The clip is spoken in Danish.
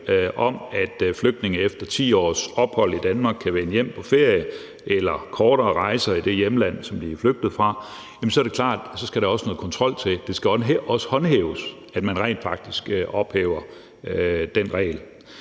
om, at flygtninge efter 10 års ophold i Danmark kan vende hjem på ferie eller kortere rejser i det hjemland, som de er flygtet fra, så skal der noget kontrol til. Det skal også håndhæves, altså i forhold til at man rent faktisk ophæver den regel.